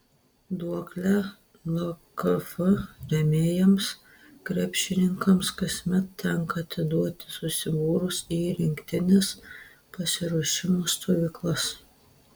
duoklę lkf rėmėjams krepšininkams kasmet tenka atiduoti susibūrus į rinktinės pasiruošimo stovyklas